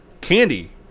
candy